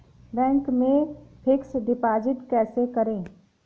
Bank में fix deposit कैसे करें?